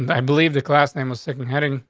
and i believe that class name was second heading